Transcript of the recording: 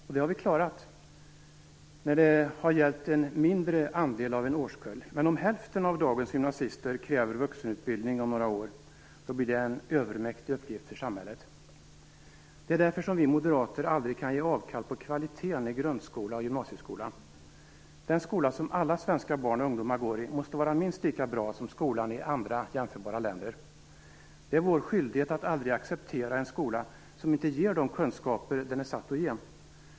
Man har klarat detta när det har gällt en mindre andel av en årskull, men om hälften av dagens gymnasister kräver vuxenutbildning om några år blir det en övermäktig uppgift för samhället. Det är därför vi moderater aldrig kan ge avkall på kvaliteten i gymnasieskola och grundskola. Den skola som alla svenska barn och ungdomar går i måste vara minst lika bra som skolan i andra jämförbara länder. Det är vår skyldighet att aldrig acceptera en skola som inte ger de kunskaper den är satt att ge.